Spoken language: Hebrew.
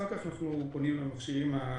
אחר כך אנחנו פונים למכשירים הקבועים.